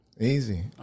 Easy